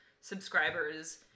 subscribers